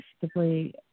simply